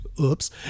oops